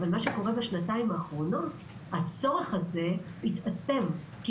אבל בשנתיים האחרונות הצורך הזה התעצם כי